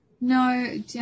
No